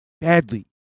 badly